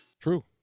True